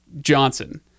Johnson